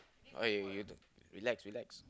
eh you don't relax relax